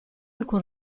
alcun